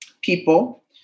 people